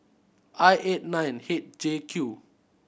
I eight nine H J Q